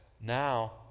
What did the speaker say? now